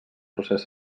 procés